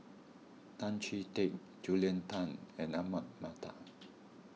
Tan Chee Teck Julia Tan and Ahmad Mattar